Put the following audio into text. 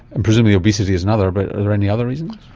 and presumably obesity is another, but are there any other reasons?